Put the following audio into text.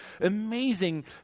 amazing